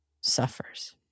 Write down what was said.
suffers